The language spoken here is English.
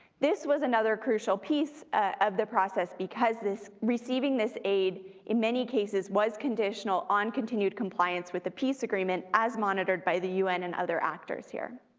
this was another crucial piece of the process because receiving this aid in many cases was conditional on continued compliance with the peace agreement as monitored by the un and other actors here.